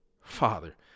father